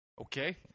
Okay